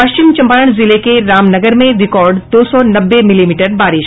पश्चिम चंपारण जिले के रामनगर में रिकार्ड दो सौ नब्बे मिलीमीटर बारिश